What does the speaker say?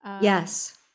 Yes